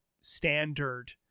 standard